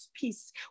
peace